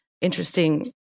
interesting